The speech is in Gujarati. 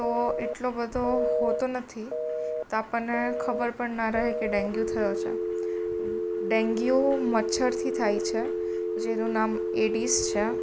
તો એટલો બધો હોતો નથી તો આપણને ખબર પણ ના રહે કે ડેન્ગ્યુ થયો છે ડેન્ગ્યુ મચ્છરથી થાય છે જેનું નામ એડિસ છે